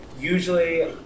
usually